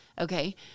Okay